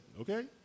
Okay